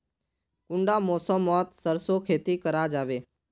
कुंडा मौसम मोत सरसों खेती करा जाबे?